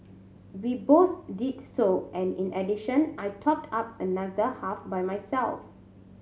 we both did so and in addition I topped up another half by myself